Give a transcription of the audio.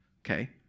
okay